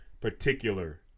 particular